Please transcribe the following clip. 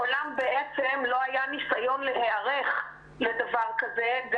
מעולם בעצם לא היה ניסיון להיערך לדבר כזה.